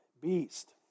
beast